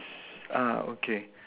s~ ah okay